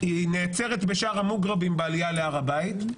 היא נעצרת בשער המוגרבים בעלייה להר הבית.